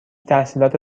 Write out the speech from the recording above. تحصیلات